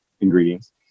ingredients